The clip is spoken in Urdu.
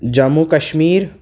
جموں کشمیر